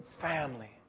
family